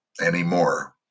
anymore